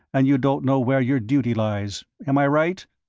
and you don't know where your duty lies. am i right?